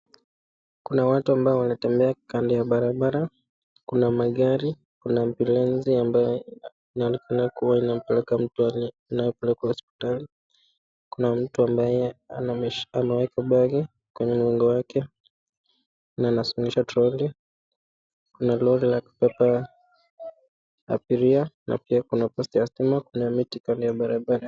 Kuna watu ambao wanatembea kando ya barabara, kuna magari , kuna ambulensi inayopeleka mtu hospitali, kuna mtu ambaye ameweka bagi kwenye mgongo wake na anasongesha troli, kuna lori la kubebea abiria na pia kuna posti ya stima, kuna miti kando ya barabara.